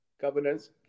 Governance